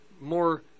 more